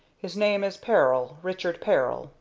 his name is peril richard peril.